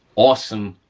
awesome,